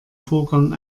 vorgang